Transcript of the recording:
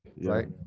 Right